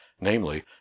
namely